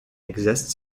exists